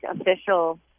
official